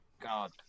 God